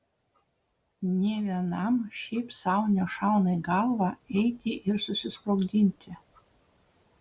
nė vienam šiaip sau nešauna į galvą eiti ir susisprogdinti